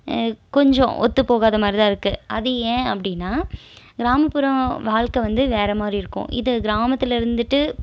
கொஞ்சம் ஒத்து போகாத மாதிரி தான் இருக்குது அது ஏன் அப்படினா கிராமப்புற வாழ்க்கை வந்து வேற மாதிரி இருக்கும் இது கிராமத்தில் இருந்துட்டு